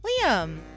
liam